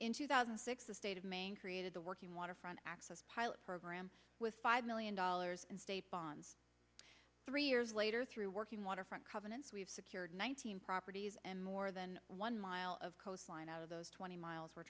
in two thousand and six the state of maine created the working waterfront access pilot program with five million dollars in state bonds three years later through working waterfront covenants we've secured nineteen properties and more than one mile of coastline out of those twenty miles were